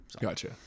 Gotcha